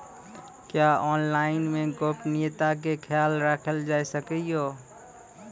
क्या ऑनलाइन मे गोपनियता के खयाल राखल जाय सकै ये?